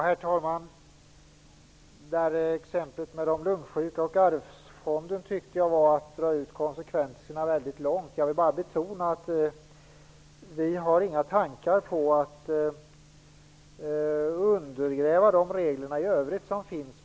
Herr talman! Exemplet med de lungsjuka och Arvsfonden tycker jag var att dra konsekvenserna väl långt. Jag vill betona att vi inte har några tankar på att undergräva de regler som i övrigt finns.